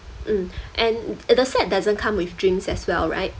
mm and the set doesn't come with drinks as well right